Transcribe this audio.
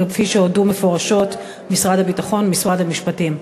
כפי שהודו מפורשות משרד הביטחון ומשרד המשפטים.